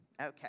Okay